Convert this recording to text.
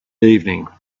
evening